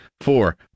four